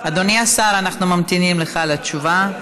אדוני השר, אנחנו ממתינים לך לתשובה.